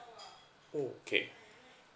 okay